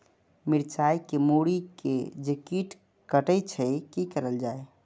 मिरचाय के मुरी के जे कीट कटे छे की करल जाय?